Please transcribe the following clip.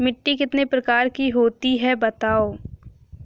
मिट्टी कितने प्रकार की होती हैं बताओ?